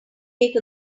take